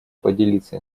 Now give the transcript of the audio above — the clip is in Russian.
поделиться